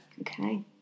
Okay